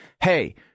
hey